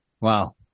Wow